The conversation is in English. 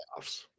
playoffs